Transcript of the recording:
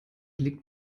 liegt